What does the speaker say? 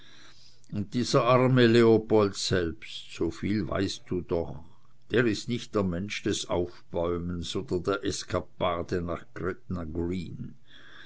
und dieser arme leopold selbst soviel weißt du doch der ist nicht der mensch des aufbäumens oder der eskapade nach